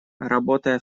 работая